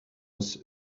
was